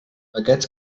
aquests